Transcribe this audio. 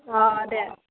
অঁ দে